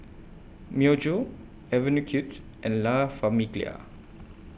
Myojo Avenue Kids and La Famiglia